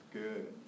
good